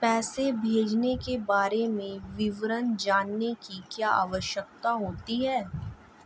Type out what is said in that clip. पैसे भेजने के बारे में विवरण जानने की क्या आवश्यकता होती है?